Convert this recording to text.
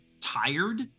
tired